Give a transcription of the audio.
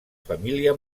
família